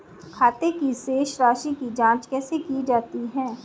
खाते की शेष राशी की जांच कैसे की जाती है?